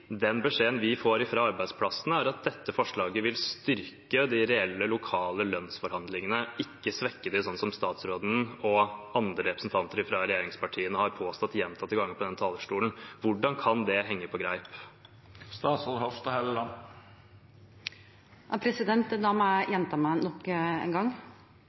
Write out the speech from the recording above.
den beskjeden vi får fra arbeidsplassene, er at dette forslaget vil styrke de reelle, lokale lønnsforhandlingene, og ikke svekke dem, slik statsråden og andre representanter fra regjeringspartiene har påstått gjentatte ganger fra denne talerstolen. Hvordan kan det henge på greip? Da må jeg gjenta meg selv nok en gang.